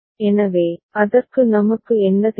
எனவே அதற்கு நமக்கு என்ன தேவை